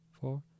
four